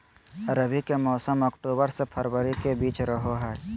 रबी के मौसम अक्टूबर से फरवरी के बीच रहो हइ